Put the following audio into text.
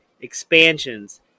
expansions